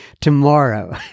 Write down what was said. tomorrow